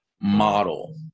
model